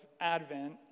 Advent